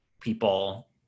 people